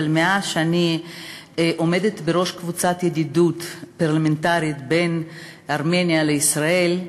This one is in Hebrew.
אבל מאז שאני עומדת בראש קבוצת הידידות הפרלמנטרית ארמניה ישראל,